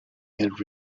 and